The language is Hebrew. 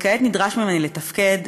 וכעת נדרש ממני לתפקד,